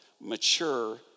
mature